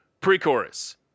pre-chorus